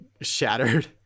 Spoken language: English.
shattered